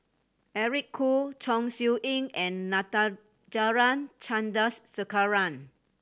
Eric Khoo Chong Siew Ying and Natarajan Chandrasekaran